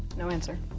no answer.